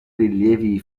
rilievi